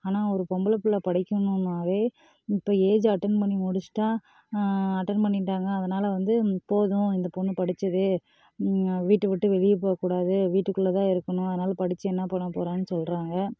ஆனால் ஒரு பொம்பளை பிள்ள படிக்கணுன்னாலே இப்போ ஏஜ் அட்டன் பண்ணி முடிச்சுட்டா அட்டன் பண்ணிவிட்டாங்க அதனால வந்து போதும் இந்த பொண்ணு படித்தது வீட்டை விட்டு வெளியே போகக்கூடாது வீட்டுக்குள்ளே தான் இருக்கணும் அதனால படித்து என்ன பண்ண போகிறான்னு சொல்கிறாங்க